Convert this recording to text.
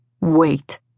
Wait